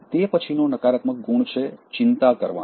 તે પછીનો નકારાત્મક ગુણ છે ચિંતા કરવાનો